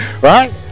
Right